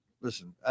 listen